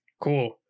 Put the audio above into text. cool